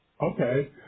Okay